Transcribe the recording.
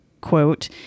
quote